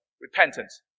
repentance